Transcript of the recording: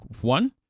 one